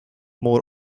more